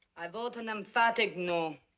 i vote an emphatic no.